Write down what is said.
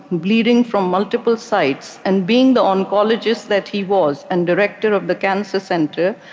bleeding from multiple sites, and being the oncologist that he was, and director of the cancer center,